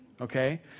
okay